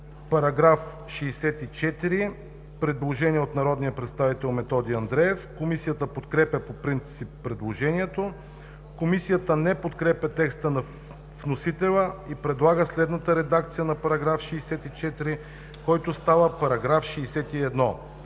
По § 64 – предложение от народния представител Методи Андреев. Комисията подкрепя по принцип предложението. Комисията не подкрепя текста на вносителя и предлага следната редакция на § 64, който става § 61: „§ 61.